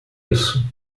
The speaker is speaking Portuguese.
isso